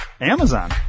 Amazon